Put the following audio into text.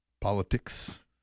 politics